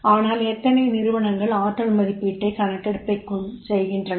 ஆனால் எத்தனை நிறுவனங்கள் ஆற்றல் மதிப்பீட்டுக் கணக்கெடுப்பை செய்கின்றன